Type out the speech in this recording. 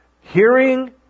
Hearing